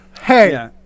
Hey